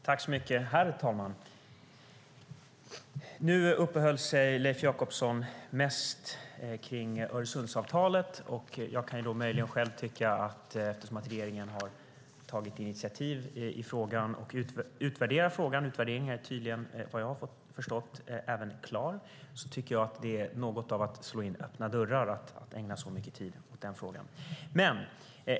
Herr talman! Leif Jakobsson uppehöll sig mest vid Öresundsavtalet. Eftersom regeringen har tagit initiativ i frågan och utvärderat den, och vad jag har förstått är utvärderingen också klar, tycker jag att det är att slå in öppna dörrar att ägna så mycket tid åt den frågan.